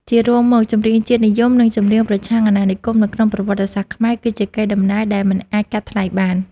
ជារួមមក ចម្រៀងជាតិនិយម និងចម្រៀងប្រឆាំងអាណានិគមក្នុងប្រវត្តិសាស្ត្រខ្មែរ គឺជាកេរដំណែលដែលមិនអាចកាត់ថ្លៃបាន។